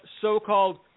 so-called